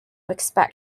expect